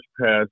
passed